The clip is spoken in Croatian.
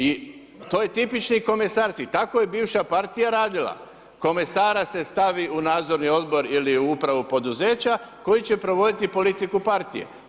I to je tipični komesarski, tako je bivša partija radila, komesara se stavi u Nadzorni odbor ili u Upravu poduzeća koji će provoditi politiku partije.